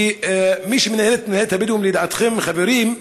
מי שמנהלת את מינהלת הבדואים, לידיעתכם, חברים,